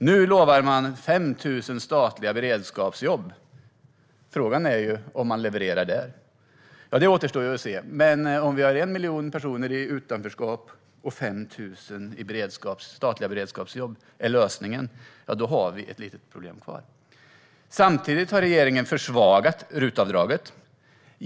Man lovar 5 000 statliga beredskapsjobb, och frågan är om man levererar där. Det återstår att se. Om vi har 1 miljon personer i utanförskap, och om 5 000 i statliga beredskapsjobb är lösningen, har vi ett litet problem kvar. Samtidigt har regeringen försvagat RUT-avdraget.